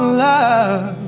love